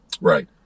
Right